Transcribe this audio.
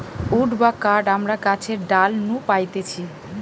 would বা কাঠ আমরা গাছের ডাল নু পাইতেছি